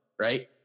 right